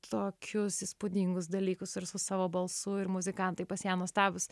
tokius įspūdingus dalykus ir su savo balsu ir muzikantai pas ją nuostabūs